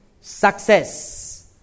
success